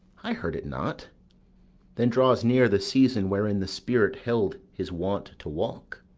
i heard it not then draws near the season wherein the spirit held his wont to walk.